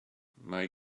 mae